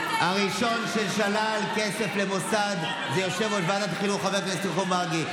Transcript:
הראשון ששלל כסף למוסד הוא יושב-ראש ועדת החינוך חבר הכנסת יעקב מרגי.